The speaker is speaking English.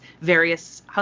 various